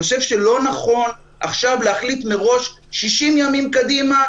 ואני חושב שלא נכון עכשיו להחליט מראש 60 ימים קדימה,